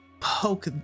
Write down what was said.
poke